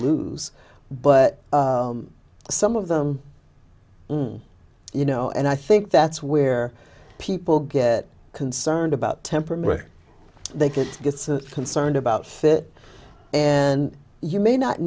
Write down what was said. lose but some of them you know and i think that's where people get concerned about temperament they could get so concerned about that and you may not